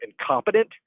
incompetent